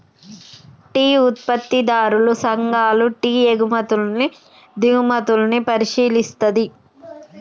tea ఉత్పత్తిదారుల సంఘాలు tea ఎగుమతుల్ని దిగుమతుల్ని పరిశీలిస్తది